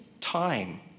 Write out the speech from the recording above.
time